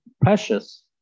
precious